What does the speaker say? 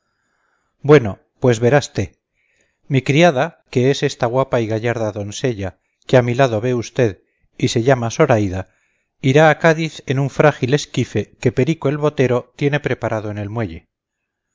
bueno pues verasté mi criada que es esta guapa y gallarda donsella que a mi lado ve usted y se llama soraida irá a cádiz en un frágil esquife que perico el botero tiene preparado en el muelle